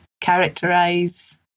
characterize